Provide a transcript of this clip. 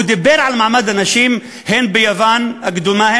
הוא דיבר על מעמד הנשים הן ביוון הקדומה,